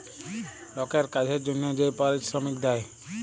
লকের কাজের জনহে যে পারিশ্রমিক দেয়